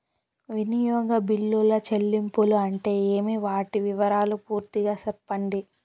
వినియోగ బిల్లుల చెల్లింపులు అంటే ఏమి? వాటి వివరాలు పూర్తిగా సెప్పండి?